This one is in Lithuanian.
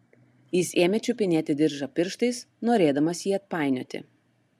jis ėmė čiupinėti diržą pirštais norėdamas jį atpainioti